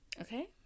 okay